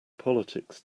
politics